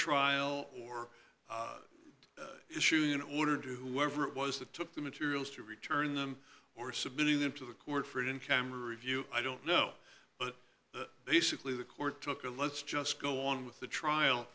trial or issuing an order to whoever it was that took the materials to return them or submitting them to the court for in camera view i don't know but basically the court took a let's just go on with the trial